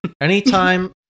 anytime